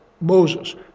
Moses